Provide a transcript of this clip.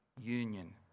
union